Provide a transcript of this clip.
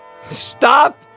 Stop